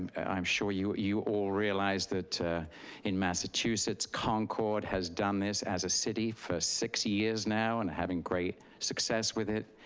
i'm sure you you all realize that in massachusetts, concord has done this as a city for six years now. and having great success with it.